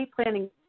planning